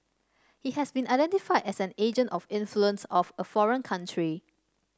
he has been identified as an agent of influence of a foreign country